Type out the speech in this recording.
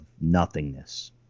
nothingness